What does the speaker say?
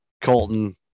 Colton